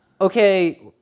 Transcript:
okay